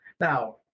Now